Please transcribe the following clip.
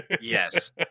Yes